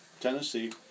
Tennessee